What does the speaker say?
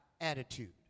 attitude